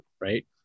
right